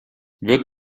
wird